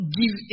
give